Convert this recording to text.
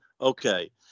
okay